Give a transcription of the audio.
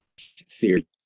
theory